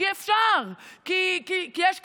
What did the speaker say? כי אפשר, כי יש קורונה.